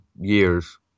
years